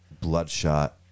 bloodshot